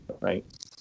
right